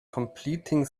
completing